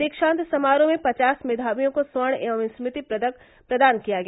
दीक्षांत समारोह में पचास मेघावियों को स्वर्ण एवं स्मृति पदक प्रदान किया गया